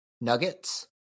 Nuggets